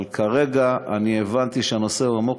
אבל כרגע הבנתי שהנושא הוא עמוק,